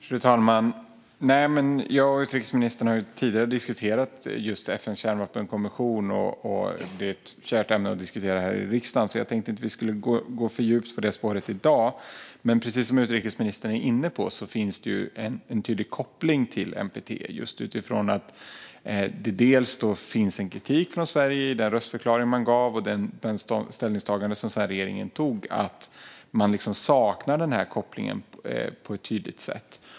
Fru talman! Jag och utrikesministern har tidigare diskuterat just FN:s kärnvapenkonvention. Det är ett kärt ämne att diskutera här i riksdagen. Men jag tänkte inte att vi skulle gå för djupt in på det spåret i dag. Men precis som utrikesministern är inne på finns det en tydlig koppling till NPT just utifrån att det finns en kritik från Sverige i den röstförklaring som gjordes och det ställningstagande som regeringen sedan gjorde, alltså att man saknar denna koppling på ett tydligt sätt.